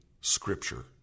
scripture